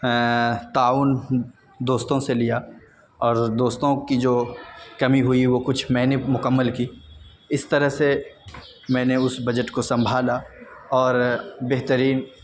تعاون دوستوں سے لیا اور دوستوں کی جو کمی ہوئی وہ کچھ میں نے مکمل کی اس طرح سے میں نے اس بجٹ کو سنبھالا اور بہترین